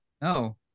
No